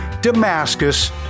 Damascus